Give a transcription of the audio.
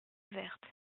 verte